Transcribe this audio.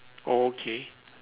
okay